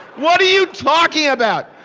what are you talking about?